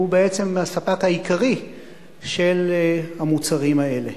הוא בעצם הספק העיקרי של המוצרים האלה.